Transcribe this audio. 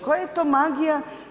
Koja je to magija?